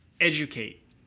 educate